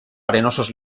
arenosos